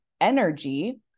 energy